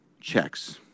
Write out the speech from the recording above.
checks